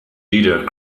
leader